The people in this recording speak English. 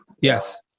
Yes